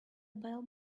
bell